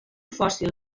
fòssil